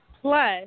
plus